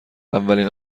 اولین